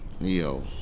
yo